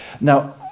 Now